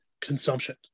consumption